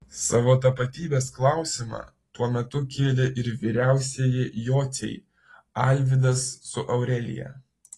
savo tapatybės klausimą tuo metu kėlė ir vyriausieji jociai alvydas su aurelija